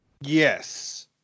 Yes